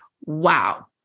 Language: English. wow